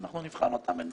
אנחנו נבחן אותן ונתקן.